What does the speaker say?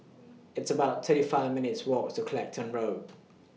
It's about thirty five minutes' Walk to Clacton Road